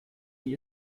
die